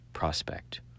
prospect